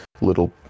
little